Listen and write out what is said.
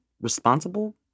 responsible